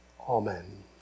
Amen